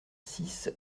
six